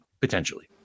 potentially